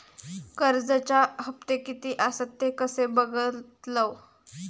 कर्जच्या हप्ते किती आसत ते कसे बगतलव?